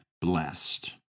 blessed